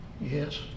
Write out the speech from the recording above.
Yes